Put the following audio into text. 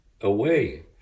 away